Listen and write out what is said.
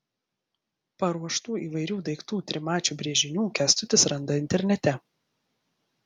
paruoštų įvairių daiktų trimačių brėžinių kęstutis randa internete